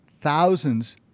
thousands